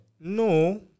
No